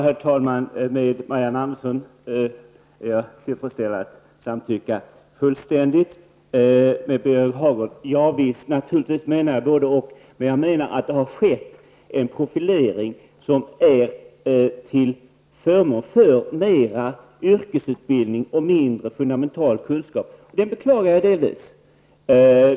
Herr talman! Jag kan fullständigt instämma i vad På Birger Hagårds fråga kan jag säga att jag naturligtvis menar att det skall vara fråga om både-- och. Men jag menar att det har skett en profilering till förmån mera för yrkesutbildning och mindre för fundamental kunskap, och detta beklagar jag delvis.